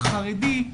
החרדי.